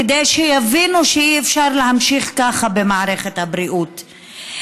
כדי שיבינו שאי-אפשר להמשיך ככה במערכת הבריאות.